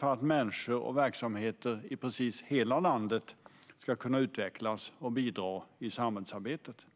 för att människor och verksamheter i precis hela landet ska kunna utvecklas och bidra i samhällsarbetet.